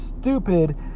stupid